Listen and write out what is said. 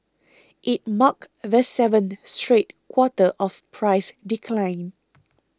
it marked the seventh straight quarter of price decline